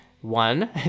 One